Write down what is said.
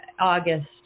August